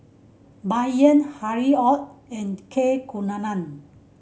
Bai Yan Harry Ord and K Kunalan